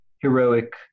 heroic